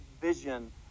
vision